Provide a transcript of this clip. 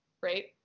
right